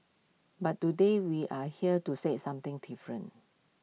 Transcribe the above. but today we're here to say something different